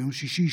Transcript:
ביום שישי,